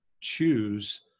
choose